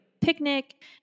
picnic